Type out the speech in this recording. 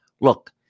look